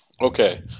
Okay